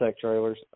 trailers